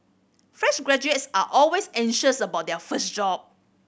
fresh graduates are always anxious about their first job